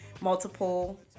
multiple